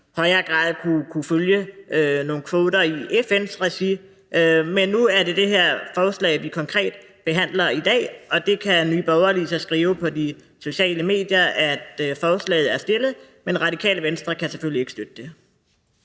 i højere grad kunne følge nogle kvoter i FN's regi. Men nu er det det her forslag, vi konkret behandler i dag, og Nye Borgerlige kan så skrive på de sociale medier, at forslaget er fremsat. Men Radikale Venstre kan selvfølgelig ikke støtte